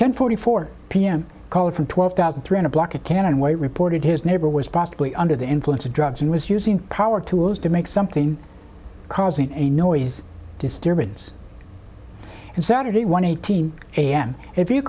ten forty four p m called from twelve thousand three hundred block of cannon white reported his neighbor was possibly under the influence of drugs and was using power tools to make something causing a noise disturbance and saturday one eighteen a m if you